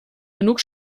genug